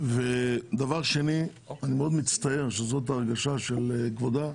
אני מאוד מצטער שזאת ההרגשה של כבודה,